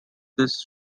this